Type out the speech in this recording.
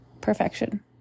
perfection